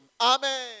Amen